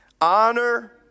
honor